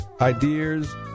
ideas